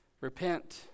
repent